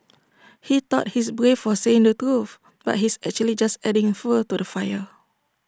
he thought he's brave for saying the truth but he's actually just adding fuel to the fire